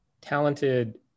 talented